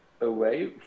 away